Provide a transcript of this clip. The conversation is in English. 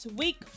week